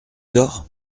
d’or